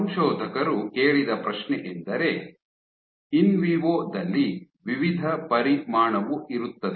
ಸಂಶೋಧಕರು ಕೇಳಿದ ಪ್ರಶ್ನೆಯೆಂದರೆ ಇನ್ವಿವೊ ದಲ್ಲಿ ವಿವಿಧ ಪರಿಮಾಣವು ಇರುತ್ತದೆ